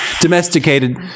domesticated